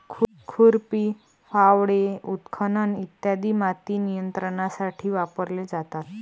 खुरपी, फावडे, उत्खनन इ माती नियंत्रणासाठी वापरले जातात